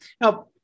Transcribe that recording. Now